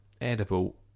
Edible